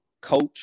coach